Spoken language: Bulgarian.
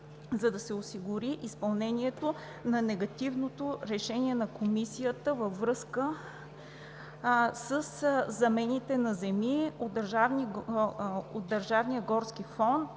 за да се осигури изпълнението на негативното решение на комисията във връзка със замените на земи от държавния горски фонд